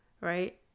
right